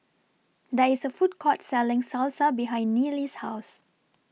There IS A Food Court Selling Salsa behind Neely's House